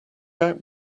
out